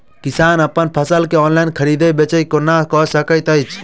किसान अप्पन फसल केँ ऑनलाइन खरीदै बेच केना कऽ सकैत अछि?